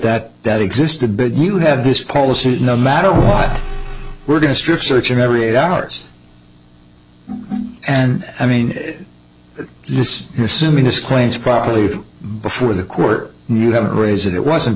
that that existed but you have this policy no matter what we're going to strip search of every eight hours and i mean this assuming his claims properly before the court you have raised that it wasn't